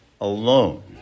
alone